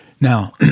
Now